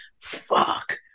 fuck